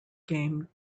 game